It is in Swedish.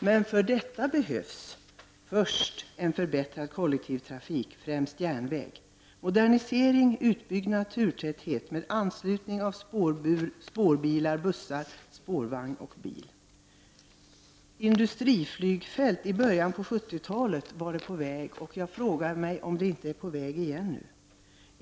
Men för detta behövs först en förbättrad kollektivtrafik, främst järnväg, genom modernisering, utbyggnad, förbättrad turtäthet och anslutningar av spårbilar, bussar, spårvagn och bil. I början av 70-talet planerades industriflygfält, och jag undrar om sådana åter planeras?